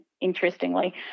interestingly